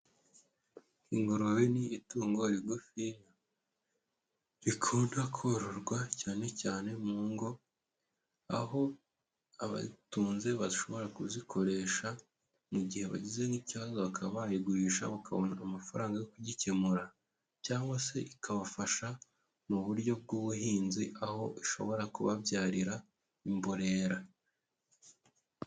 Ingurube ni itungo rigufi, rikunda kororwa cyane cyane mu ngo, aho abaritunze bashobora kuzikoresha, mu gihe bagize nk'ikibazo bakaba bayigurisha bakabona amafaranga yo kugikemura. Cyangwa se ikabafasha, mu buryo bw'ubuhinzi aho ishobora kubabyarira imborera.